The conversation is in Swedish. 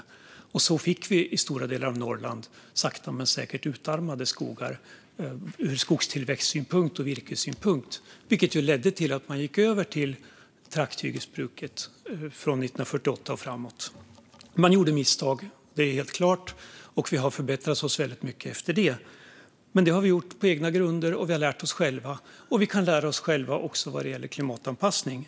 På det sättet fick vi i stora delar av Norrland sakta men säkert utarmade skogar, ur skogstillväxtsynpunkt och virkessynpunkt. Det ledde till att man från 1948 och framåt gick över till trakthyggesbruk. Man gjorde helt klart misstag, och vi har förbättrat oss mycket efter det. Men det har vi gjort på egna grunder. Vi har lärt oss själva, och vi kan naturligtvis lära oss själva också vad gäller klimatanpassning.